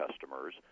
customers